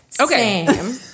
Okay